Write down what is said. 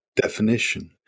definition